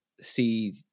see